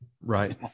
right